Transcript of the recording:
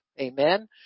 Amen